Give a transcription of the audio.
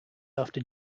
after